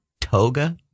toga